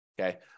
okay